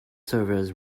servers